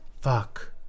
Fuck